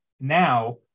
now